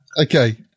Okay